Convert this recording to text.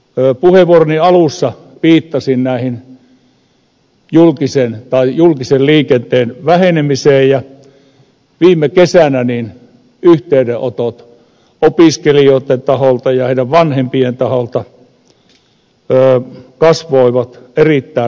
puheenvuoroni alussa viittasin julkisen liikenteen vähenemiseen ja viime kesänä yhteydenotot opiskelijoitten taholta ja heidän vanhempiensa taholta kasvoivat erittäin rajusti